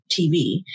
tv